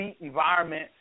environment